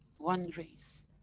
one race.